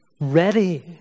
ready